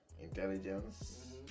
intelligence